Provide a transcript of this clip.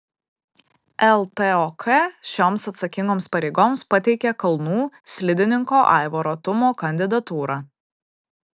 ltok šioms atsakingoms pareigoms pateikė kalnų slidininko aivaro tumo kandidatūrą